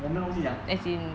我没东西讲